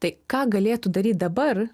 tai ką galėtų daryt dabar